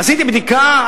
עשיתי בדיקה,